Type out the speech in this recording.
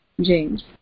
James